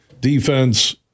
Defense